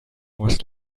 was